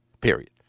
period